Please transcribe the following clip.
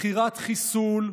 מכירת חיסול,